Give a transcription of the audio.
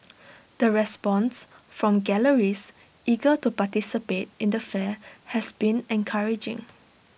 the response from galleries eager to participate in the fair has been encouraging